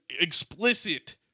explicit